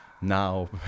now